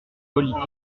politique